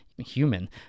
human